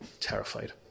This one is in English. terrified